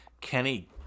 Kenny